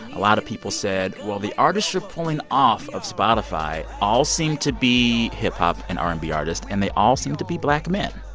a lot of people said, well, the artists you're pulling off of spotify all seem to be hip-hop and r and b artists. and they all seem to be black men.